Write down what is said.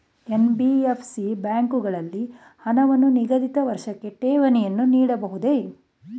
NBFC ಬ್ಯಾಂಕುಗಳಲ್ಲಿ ಹಣವನ್ನು ನಿಗದಿತ ವರ್ಷಕ್ಕೆ ಠೇವಣಿಯನ್ನು ಇಡಬಹುದೇ?